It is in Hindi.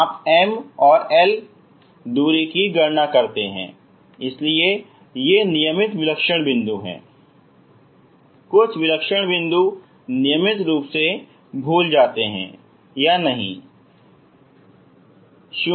आप M और L दूरी की गणना करते हैं इसलिए ये नियमित विलक्षण बिंदु हैं कुछ विलक्षण बिंदु नियमित रूप से भूल जाते हैं या नहीं